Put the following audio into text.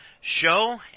show